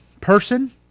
person